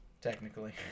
Technically